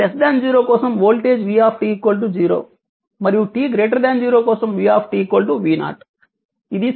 t 0 కోసం voltage v 0 మరియు t 0 కోసం v v0